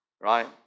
right